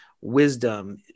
wisdom